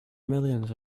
millions